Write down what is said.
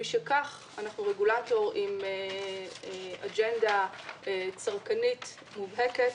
משכך, אנחנו רגולטור עם אג'נדה צרכנית מובהקת.